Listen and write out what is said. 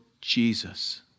Jesus